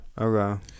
Okay